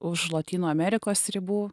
už lotynų amerikos ribų